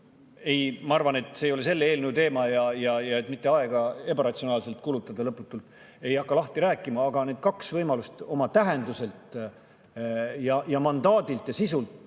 Ma arvan, et see ei ole selle eelnõu teema ja et mitte aega ebaratsionaalselt lõputult kulutada, ei hakka ma [seda teemat] lahti rääkima, aga need kaks võimalust oma tähenduselt, mandaadilt ja sisult